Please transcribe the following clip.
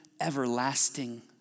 everlasting